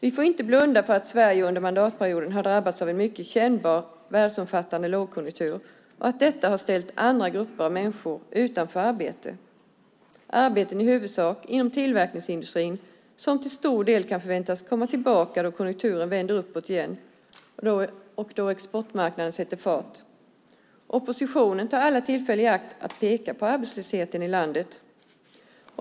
Vi får inte blunda för att Sverige under mandatperioden har drabbats av en mycket kännbar och världsomfattande lågkonjunktur och att detta ställt andra grupper av människor utanför arbete. Det gäller arbeten i huvudsak inom tillverkningsindustrin som till stor del kan förväntas komma tillbaka då konjunkturen vänder uppåt igen och exportmarknaden sätter fart. Oppositionen tar alla tillfällen i akt att peka på arbetslösheten i landet.